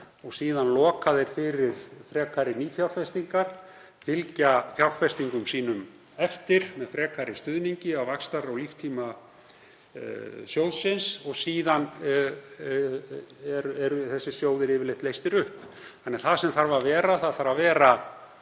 og síðan loka þeir fyrir frekari nýfjárfestingar, fylgja fjárfestingum sínum eftir með frekari stuðningi á vaxtar- og líftíma sjóðanna og síðan eru þeir yfirleitt leystir upp. Það sem þarf að vera er keðja af svona